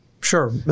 Sure